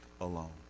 alone